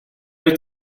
wyt